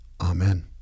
Amen